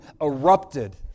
erupted